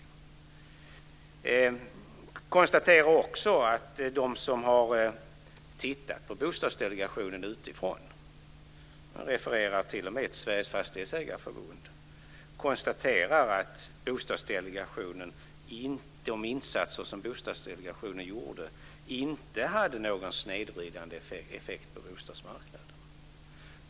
Jag konstaterar också att de som har tittat på Bostadsdelegationen utifrån - man refererar t.o.m. till Sveriges Fastighetsägareförbund - konstaterar att de insatser som Bostadsdelegationen gjorde inte hade någon snedvridande effekt på bostadsmarknaden.